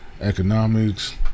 Economics